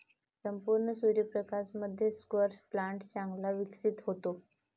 संपूर्ण सूर्य प्रकाशामध्ये स्क्वॅश प्लांट चांगला विकसित होतो